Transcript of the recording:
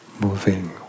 moving